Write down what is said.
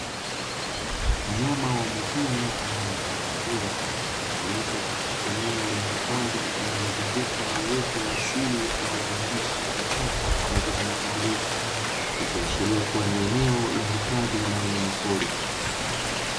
Wanyama wa mwituni aina ya pundamilia, waliopo katika eneo la hifadhi linalozungukwa na uoto wa siri unaojumuisha vichaka pamoja na miti mirefu, ikiashiria kuwa ni eneo la hifadhi la wanyamapori.